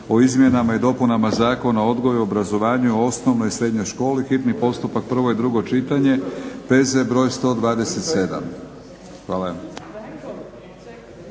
o izmjenama i dopunama Zakona o odgoju i obrazovanju u osnovnoj i srednjoj školi, hitni postupak, prvo i drugo čitanje, PZ br. 127. Hvala.